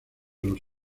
los